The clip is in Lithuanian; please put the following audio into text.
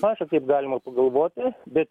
maža kaip galima pagalvoti bet